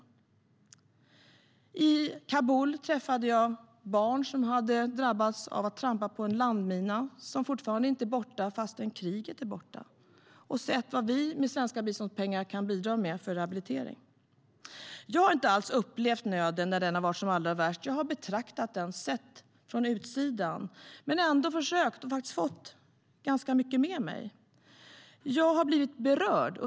I Kabul träffade jag barn som drabbats av att trampa på en landmina. Landminorna är fortfarande inte borta, fastän kriget är borta. Jag har sett vad vi med svenska biståndspengar kan bidra med till rehabilitering. Jag har inte alls upplevt nöden när den varit som allra värst. Jag har betraktat den, sett från utsidan, men jag har försökt få och faktiskt fått ganska mycket med mig. Jag har blivit berörd.